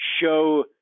show